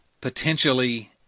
potentially